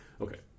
Okay